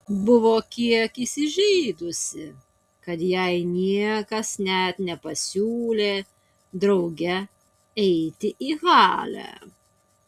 buvo kiek įsižeidusi kad jai niekas net nepasiūlė drauge eiti į halę